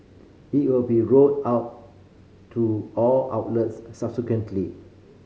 it will be rolled out to all outlets subsequently